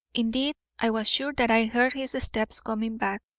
indeed, i was sure that i heard his steps coming back.